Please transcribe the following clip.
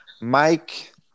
Mike